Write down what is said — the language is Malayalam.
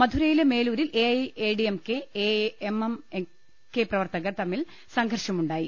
മധുരയിലെ മേലൂരിൽ എഐഎഡിഎംകെ എഎഠഎകെ പ്രവർത്തകർ തമ്മിൽ സംഘർഷമുണ്ടായി